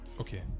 okay